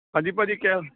ਹਾਂਜੀ ਭਾਅ ਜੀ ਕਿਆ